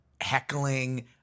heckling